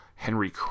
Henry